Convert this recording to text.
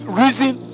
reason